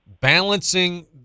balancing